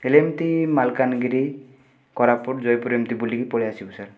ହେଲେ ଏମତି ମାଲକାନଗିରି କୋରାପୁଟ ଜୟପୁର ଏମତି ବୁଲିକି ପଳେଇ ଆସିବୁ ସାର୍